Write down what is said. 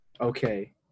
Okay